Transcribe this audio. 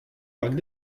marque